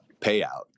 payout